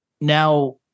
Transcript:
now